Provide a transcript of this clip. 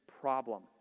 problem